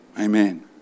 Amen